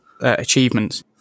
achievements